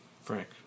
Frank